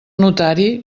notari